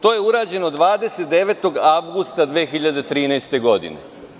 To je urađeno 29. avgusta 2013. godine.